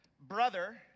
brother